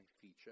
feature